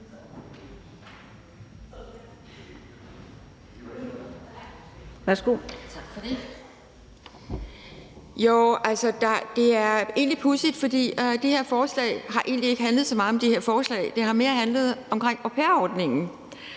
Det er egentlig pudsigt, for den her debat har egentlig ikke handlet så meget om det her forslag; det har mere handlet om au pair-ordningen.